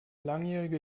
langjährige